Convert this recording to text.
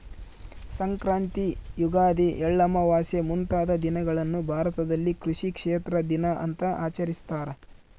ಸಂಕ್ರಾಂತಿ ಯುಗಾದಿ ಎಳ್ಳಮಾವಾಸೆ ಮುಂತಾದ ದಿನಗಳನ್ನು ಭಾರತದಲ್ಲಿ ಕೃಷಿ ಕ್ಷೇತ್ರ ದಿನ ಅಂತ ಆಚರಿಸ್ತಾರ